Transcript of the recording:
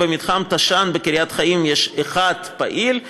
במתחם תש"ן בקריית-חיים יש אחד פעיל,